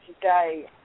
today